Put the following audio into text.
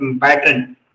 pattern